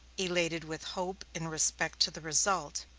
elated with hope in respect to the result,